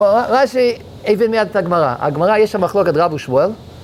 ראה שאיבד מיד את הגמרא, הגמרא יש שם מחלוקת רב ושבוער